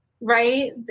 right